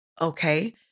okay